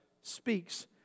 speaks